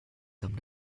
come